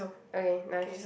okay nice